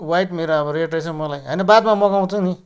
white मेरो अब red रहेछ मलाई होइन बादमा मगाउँछु नि